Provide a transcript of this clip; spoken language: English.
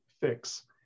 fix